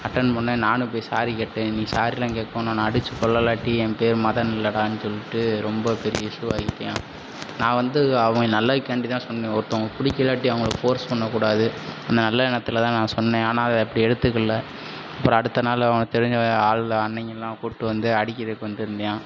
attend பண்ணான் நானும் போய் சாரி கேட்டேன் நீ சாரிலாம் கேட்க வேணாம் நான் அடித்து கொல்லலாட்டி என் பேரு மதன் இல்லைடான்னு சொல்லிட்டு ரொம்ப பெரிய இஷ்யூ ஆக்கிட்டான் நான் வந்து அவன் நல்லதுக்காண்டி தான் சொன்னேன் ஒருத்தங்க பிடிக்கிலாட்டி அவங்கள ஃபோர்ஸ் பண்ணக்கூடாது அந்த நல்ல எண்ணத்தில் தான் நான் சொன்னேன் ஆனால் அவன் அப்படி எடுத்துக்கலை அப்புறம் அடுத்த நாள் அவனுக்கு தெரிஞ்ச ஆளுக அண்ணைங்கள்லாம் கூட்டு வந்து அடிக்கிறதுக்கு வந்திருந்தான்